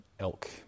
Elk